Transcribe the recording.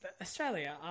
Australia